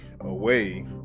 away